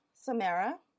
Samara